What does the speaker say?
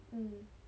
mm